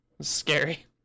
Scary